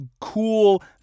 cool